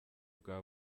bwa